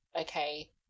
okay